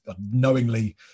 knowingly